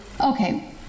Okay